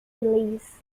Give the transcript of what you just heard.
release